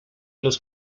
los